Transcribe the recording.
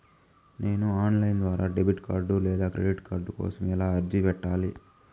నేను online ద్వారా debit card లేదా క్రెడిట్ కార్డు కోసం ఎలా అర్జీ పెట్టాలి?